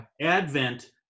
Advent